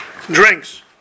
drinks